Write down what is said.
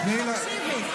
תקשיבי.